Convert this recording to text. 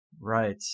Right